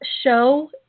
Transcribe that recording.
show